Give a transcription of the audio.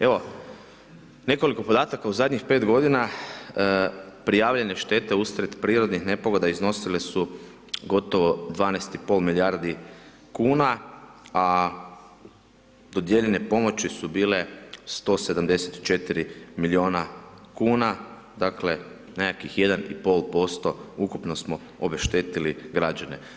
Evo, nekoliko podataka, u zadnjih 5 godina prijavljene štete usred prirodnih nepogoda iznosile su gotovo 12,5 milijardi kuna, a dodijeljene pomoću su bile 174 milijuna kuna, dakle nekakvih 1,5% ukupno smo obeštetili građane.